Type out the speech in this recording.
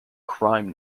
crime